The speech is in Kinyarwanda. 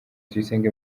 tuyisenge